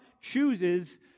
chooses